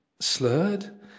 slurred